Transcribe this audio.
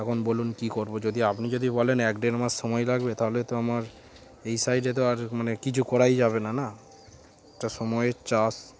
এখন বলুন কী করবো যদি আপনি যদি বলেন এক দেড় মাস সময় লাগবে তাহলে তো আমার এই সাইডে তো আর মানে কিছু করাই যাবে না না এটা সময়ের চাষ